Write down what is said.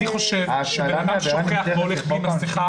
אני חושב שאדם שהולך בלי מסכה,